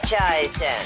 Eisen